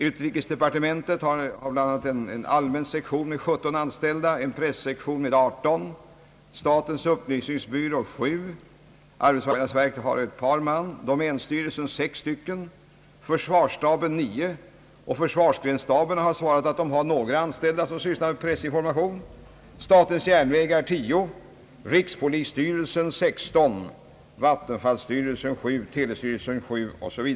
Utrikesdepartementet har bl.a. en allmän sektion med 17 anställda och en pressektion med 18, statens upplysningsbyrå har 7, arbetsmarknadsverket har ett par man, domänstyrelsen har 6 stycken, försvarsstaben har 9, försvarsgrensstaben har förklarat att den har några anställda som sysslar med pressinformation, statens järnvägar har 10, rikspolisstyrelsen har 16, vattenfallsstyrelsen 7, telestyrelsen 7 o. s. v.